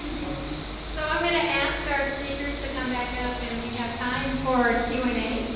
so i'm gonna ask our speakers to come back up and we have time for q and a.